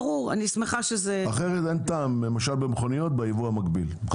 אחרת אין טעם ביבוא מקביל במכוניות, למשל.